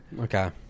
Okay